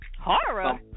horror